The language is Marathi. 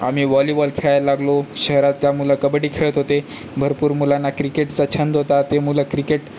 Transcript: आम्ही वॉलीबॉल खेळायला लागलो शहरातल्या मुलं कबड्डी खेळत होते भरपूर मुलांना क्रिकेटचा छंद होता ते मुलं क्रिकेट